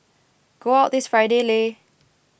go out this Friday Lei